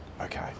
Okay